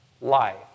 life